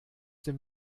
dem